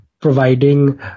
providing